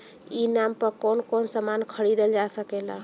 ई नाम पर कौन कौन समान खरीदल जा सकेला?